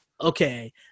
okay